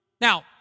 Now